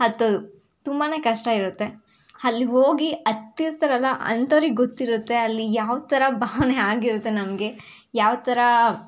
ಹತ್ತೋದು ತುಂಬಾ ಕಷ್ಟ ಇರುತ್ತೆ ಅಲ್ಲಿಗ್ ಹೋಗಿ ಹತ್ತಿರ್ತಾರಲ್ಲ ಅಂಥವ್ರಿಗೆ ಗೊತ್ತಿರುತ್ತೆ ಅಲ್ಲಿ ಯಾವ ಥರ ಭಾವನೆ ಆಗಿರುತ್ತೆ ನಮಗೆ ಯಾವ ಥರ